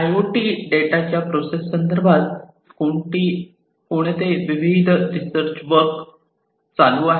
IoT डेटाच्या process संदर्भात कोणती विविध रिसर्च वर्क चालू आहेत